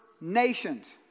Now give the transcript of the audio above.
nations